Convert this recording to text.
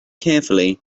carefully